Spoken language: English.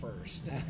first